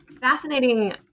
fascinating